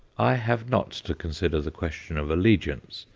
i have not to consider the question of allegiance,